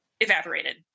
Evaporated